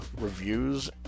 reviews